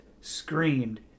screamed